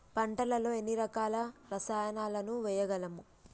పంటలలో ఎన్ని రకాల రసాయనాలను వేయగలము?